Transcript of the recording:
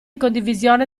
condivisione